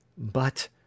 But